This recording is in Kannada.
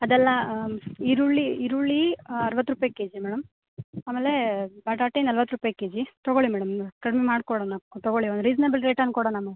ಅದೆಲ್ಲ ಈರುಳ್ಳಿ ಈರುಳ್ಳಿ ಅರ್ವತ್ತು ರೂಪಾಯಿ ಕೆಜಿ ಮೇಡಮ್ ಆಮೇಲೆ ಬಟಾಟೆ ನಲ್ವತ್ತು ರೂಪಾಯಿ ಕೆಜಿ ತೊಗೊಳ್ಳಿ ಮೇಡಮ್ ನೀವು ಕಡಿಮೆ ಮಾಡ್ಕೊಡಣ ತೊಗೊಳ್ಳಿ ಒಂದು ರೀಸ್ನೆಬಲ್ ರೇಟ್ ಹಂಗ್ ಕೊಡೋಣ ಮ್ಯಾಮ್